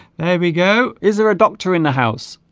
there we go is there a doctor in the house